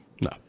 No